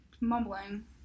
mumbling